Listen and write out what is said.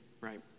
right